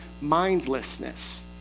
mindlessness